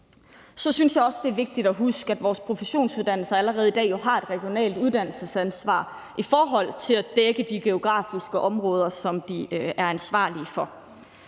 så synes jeg også, at det er vigtigt at huske, at vores professionsuddannelser jo allerede i dag har et regionalt uddannelsesansvar i forhold til at dække de geografiske områder, som de er ansvarlige for.